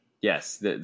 Yes